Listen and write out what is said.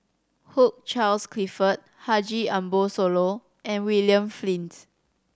Hugh Charles Clifford Haji Ambo Sooloh and William Flint